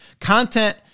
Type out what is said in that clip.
content